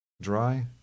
dry